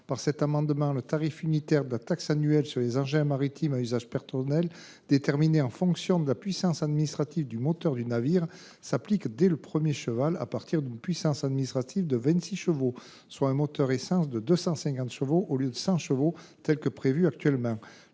proposons que le tarif unitaire de la taxe annuelle sur les engins maritimes à usage personnel, déterminé en fonction de la puissance administrative du moteur du navire, s’applique dès le premier cheval à partir d’une puissance administrative de 26 chevaux, soit un moteur essence de 250 chevaux, au lieu de 100 chevaux comme il est actuellement